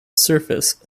surface